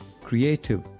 creative